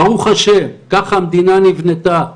ברוך ה', ככה המדינה נבנתה,